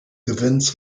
gewinns